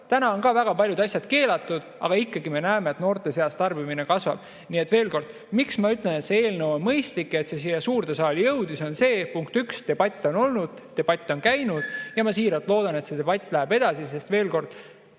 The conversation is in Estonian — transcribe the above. Täna on ka väga paljud asjad keelatud, aga ikkagi me näeme, et noorte seas tarbimine kasvab. Nii et veel kord, miks ma ütlen, et see eelnõu on mõistlik ja et on hea, et see siia suurde saali jõudis? Sellepärast, et debatt on olnud, debatt on käinud ja ma siiralt loodan, et see debatt läheb edasi. Veel kord: